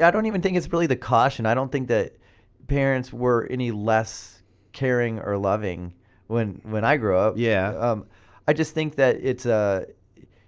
i don't even think it's really the caution. i don't think that parents were any less caring or loving when when i grew up. yeah um i just think that it's. ah